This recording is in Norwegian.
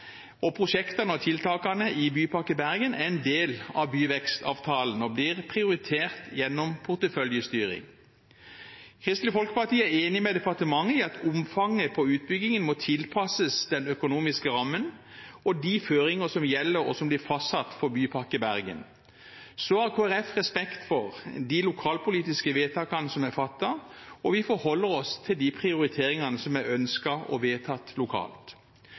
Bergen er en del av byvekstavtalen og blir prioritert gjennom porteføljestyring. Kristelig Folkeparti er enig med departementet i at omfanget av utbyggingen må tilpasses den økonomiske rammen og de føringer som gjelder, og som blir fastsatt for Bypakke Bergen. Kristelig Folkeparti har respekt for de lokalpolitiske vedtakene som er fattet, og vi forholder oss til de prioriteringene som er ønsket og vedtatt lokalt.